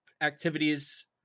activities